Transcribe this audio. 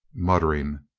muttering.